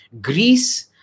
Greece